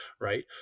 right